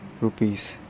rupees